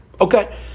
Okay